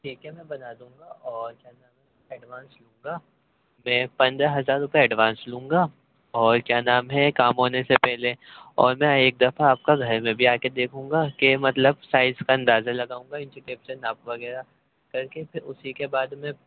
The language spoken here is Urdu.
ٹھیک ہے میں بنا دوں گا اور کیا نام ہے ایڈوانس لوں گا میں پندرہ ہزار روپے ایڈوانس لوں گا اور کیا نام ہے کام ہونے سے پہلے اور میں ایک دفعہ آپ کا گھر میں بھی آ کے دیکھوں گا کہ مطلب سائز کا اندازہ لگاؤں گا انچی ٹیپ سے ناپ وغیرہ کر کے پھر اسی کے بعد میں